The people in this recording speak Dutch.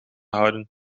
houden